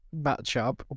matchup